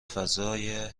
فضای